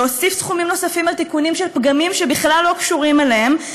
להוסיף סכומים נוספים על תיקונים של פגמים שבכלל לא קשורים אליהם,